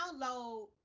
Download